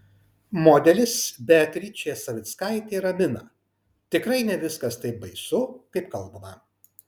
modelis beatričė savickaitė ramina tikrai ne viskas taip baisu kaip kalbama